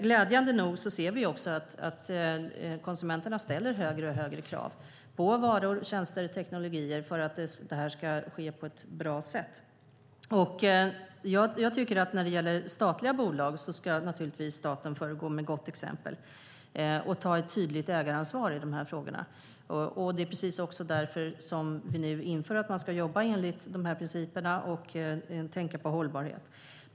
Glädjande nog ser vi att konsumenterna ställer allt högre krav på att det här ska ske på ett bra sätt när det gäller varor, tjänster och teknologier. När det gäller statliga bolag ska naturligtvis staten föregå med gott exempel och ta ett tydligt ägaransvar i de här frågorna. Det är också därför som vi inför att man ska jobba enligt de här principerna och tänka på hållbarhet.